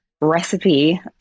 recipe